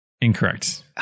Incorrect